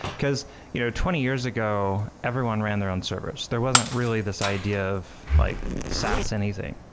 because you know twenty years ago, everyone ran their own servers. there wasn't really this idea of like saas anything.